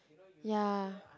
ya